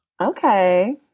Okay